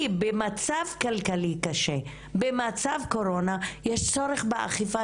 כי במצב כלכלי קשה ובמצב קורונה יש יותר צורך באכיפה,